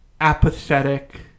apathetic